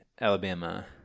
alabama